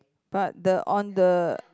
but the on the